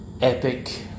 epic